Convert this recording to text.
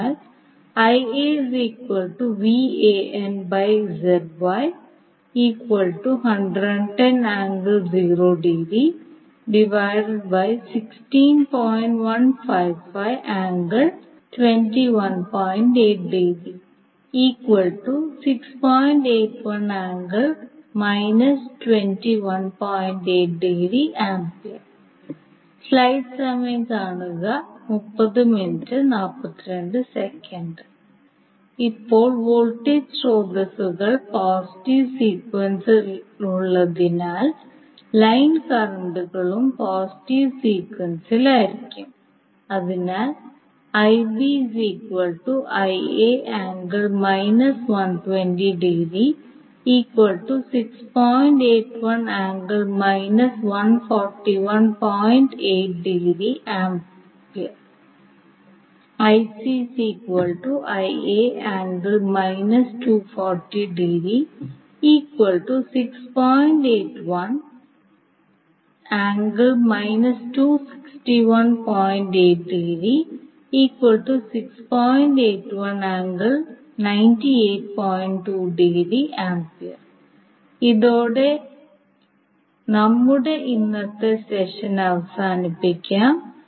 അതിനാൽ ഇപ്പോൾ വോൾട്ടേജ് സ്രോതസ്സുകൾ പോസിറ്റീവ് സീക്വൻസിലുള്ളതിനാൽ ലൈൻ കറന്റുകളും പോസിറ്റീവ് സീക്വൻസിലായിരിക്കും അതിനാൽ ഇതോടെ നമ്മുടെ ഇന്നത്തെ സെഷൻ അവസാനിപ്പിക്കാം